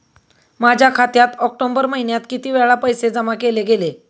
माझ्या खात्यात ऑक्टोबर महिन्यात किती वेळा पैसे जमा केले गेले?